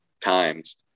times